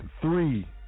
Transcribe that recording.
three